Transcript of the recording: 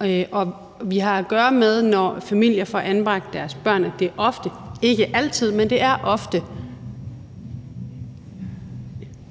vigtigt område. Når familier får anbragt deres børn, er det ofte, ikke altid, men ofte –